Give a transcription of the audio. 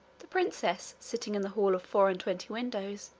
the princess, sitting in the hall of four-and-twenty windows,